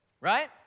Right